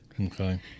okay